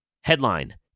headline